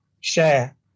share